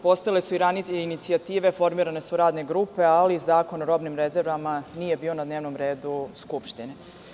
Postojale su i ranije inicijative, formirane su radne grupe, ali Zakon o robnim rezervama nije bio na dnevnom redu Skupštine.